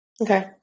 Okay